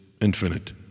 infinite